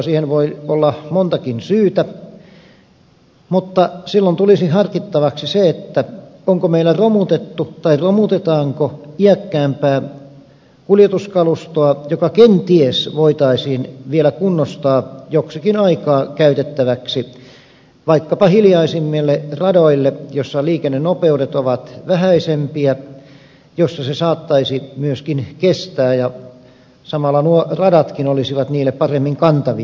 siihen voi olla montakin syytä mutta olisi syytä pohtia sitä onko meillä romutettu tai romutetaanko iäkkäämpää kuljetuskalustoa joka kenties voitaisiin vielä kunnostaa joksikin aikaa käytettäväksi vaikkapa hiljaisimmille radoille joissa liikennenopeudet ovat vähäisempiä joissa se saattaisi myöskin kestää ja samalla nuo radatkin olisivat niille paremmin kantavia